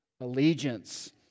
allegiance